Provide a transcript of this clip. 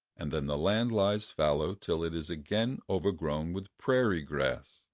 and then the land lies fallow till it is again overgrown with prairie grass.